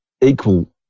equal